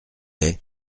est